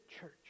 church